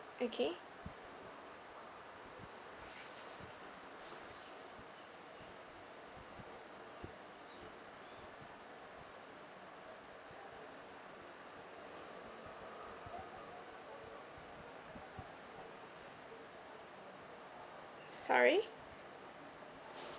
okay sorry